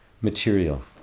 material